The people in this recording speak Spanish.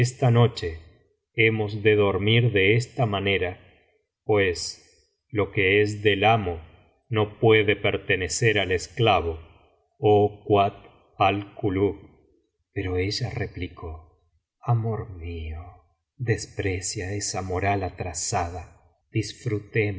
esta noche hemos de dormir de esta manera pues lo que es del amo no puede pertenecer al esclavo oh kuat al kulub pero ella replicó amor mío desprecia esa moral